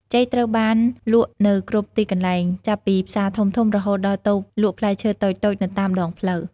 ចេកត្រូវបានលក់នៅគ្រប់ទីកន្លែង ចាប់ពីផ្សារធំៗ រហូតដល់តូបលក់ផ្លែឈើតូចៗនៅតាមដងផ្លូវ។